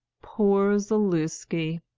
poor zaluski!